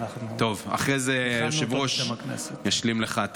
אחרי זה היושב-ראש ישלים לך.